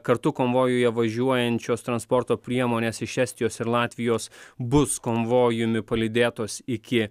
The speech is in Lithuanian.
kartu konvojuje važiuojančios transporto priemonės iš estijos ir latvijos bus konvojumi palydėtos iki